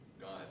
God